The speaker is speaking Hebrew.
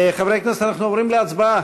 חברי הכנסת, אנחנו עוברים להצבעה.